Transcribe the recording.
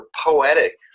poetic